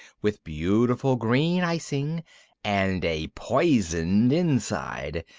with beautiful green icing and a poisoned inside.